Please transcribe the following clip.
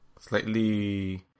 slightly